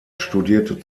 studierte